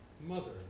Mother